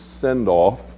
send-off